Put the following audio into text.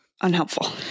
unhelpful